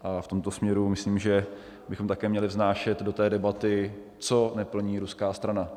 V tomto směru myslím, že bychom také měli vnášet do té debaty, co neplní ruská strana.